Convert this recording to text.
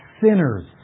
sinners